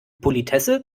politesse